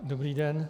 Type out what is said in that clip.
Dobrý den.